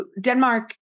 Denmark